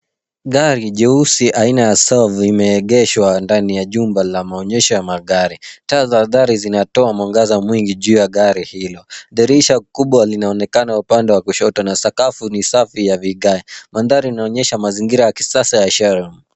Gari jeusi aina SUV limeegeshwa ndani ya jumba la maonyesho ya magari. Taa za dari zinatoa mwangaza mwingi juu ya gari hilo. Dirisha kubwa linaonekana upande wa kushoto na sakafu ni safi ya vigae. Mandhari inaonyesha mazingira ya kisasa ya showroom .